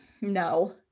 No